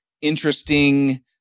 interesting